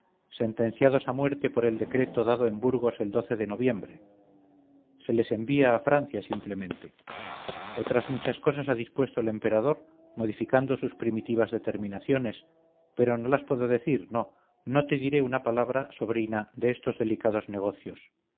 sentenciados a muerte por el decreto dado en burgos el de noviembre se les envía a francia simplemente otras muchas cosas ha dispuesto el emperador modificando sus primitivas determinaciones pero no las puedo decir no no te diré una palabra sobrina de estos delicados negocios